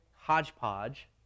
hodgepodge